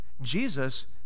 Jesus